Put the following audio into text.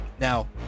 Now